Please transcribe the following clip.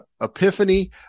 epiphany